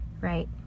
Right